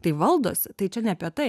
tai valdosi tai čia ne apie tai